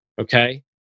Okay